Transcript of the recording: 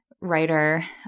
writer